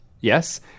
Yes